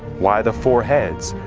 why the four heads?